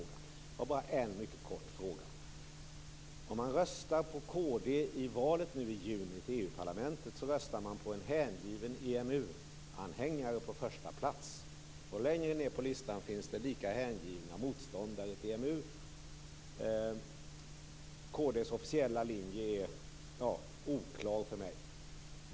Jag har bara en mycket kort fråga: Om man röstar på kd i valet till EU-parlamentet nu i juni så röstar man på en hängiven EMU-anhängare på första plats. Längre ned på listan finns det lika hängivna motståndare till EMU. Kd:s officiella linje är oklar för mig.